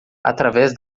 através